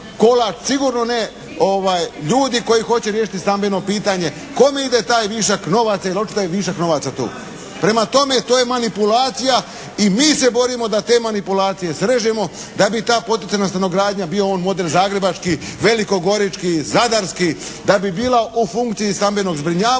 Sigurno ne ljudi koji hoće riješiti stambeno pitanje. kome ide taj višak novaca? Jer očito je višak novaca tu. Prema tome to je manipulacija i mi se borimo da te manipulacije srežemo da bi ta poticajna stanogradnja, bio on model zagrebački, velikogorički, zadarski, da bi bila u funkciji stambenog zbrinjavanja